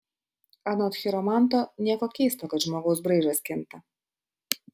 anot chiromanto nieko keisto kad žmogaus braižas kinta